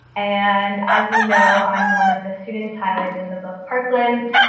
and as you know, i'm one of the students highlighted in the book parkland.